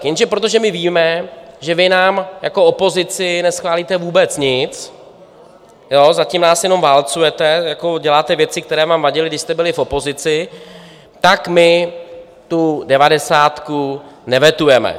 Jenže protože my víme, že vy nám jako opozici neschválíte vůbec nic, zatím nás jenom válcujete, děláte věci, které vám vadily, když jste byli v opozici, tak my tu devadesátku nevetujeme.